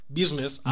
business